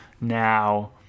Now